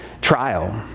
trial